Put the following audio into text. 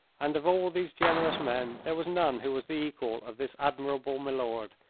and of all these generous men there was none who was the equal of this admirable milord,